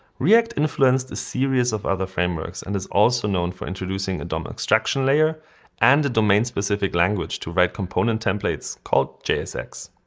react influenced a series of other frameworks and is also known for introducing a dom extraction layer and a domain-specific language to read component templates called jsx.